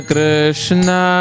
Krishna